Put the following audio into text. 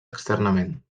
externament